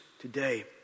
Today